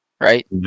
Right